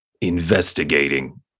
investigating